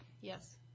Yes